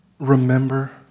remember